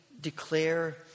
declare